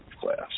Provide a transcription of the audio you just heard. class